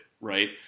right